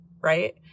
right